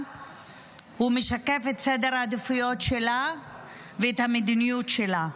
משקף את סדר העדיפויות שלה ואת המדיניות שלה.